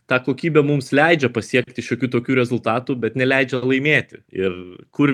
ta kokybė mums leidžia pasiekti šiokių tokių rezultatų bet neleidžia laimėti ir kur